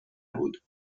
بود